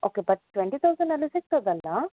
okay but twenty ತೌಸಂಡಲ್ಲಿ ಸಿಗ್ತದಲ್ಲಾ